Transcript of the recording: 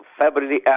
February